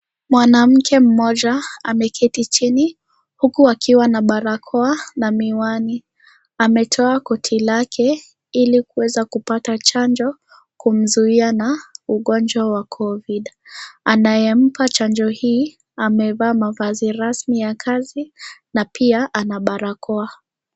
Mwanamke mmoja ameketi chini huku akiwa na barakoa na miwani. Ametoa koti lake ili kuweza kupata chanjo kumzuia na ugonjwa wa covid . Anayempa chanjo hii amevaa mavazi rasmi ya kazi na pia ana barakoa.